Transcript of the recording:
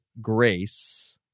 GRACE